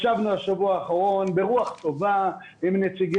ישבנו השבוע האחרון ברוח טובה עם נציגי